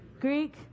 Greek